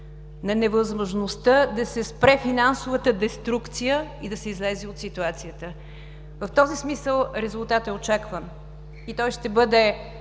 на невъзможността да се спре финансовата деструкция и да се излезе от ситуацията. В този смисъл резултатът е очакван и той ще